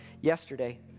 yesterday